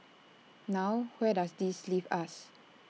now where does this leave us